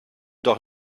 doch